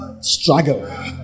struggle